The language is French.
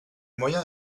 moyens